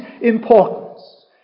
importance